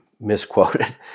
misquoted